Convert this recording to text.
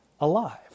alive